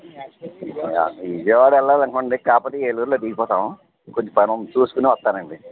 విజయవాడ వెళ్ళాలి అనుకోండి కాకపోతే ఏలూర్లో దిగిపోతాం కొద్ది పనుంది చూస్కొని వస్తానండి